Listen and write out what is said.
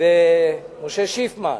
ומשה שיפמן,